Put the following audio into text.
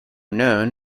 known